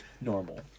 normal